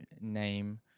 name